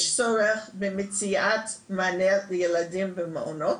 יש צורך במציאת מענה ילדים במעונות.